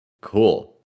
cool